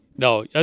No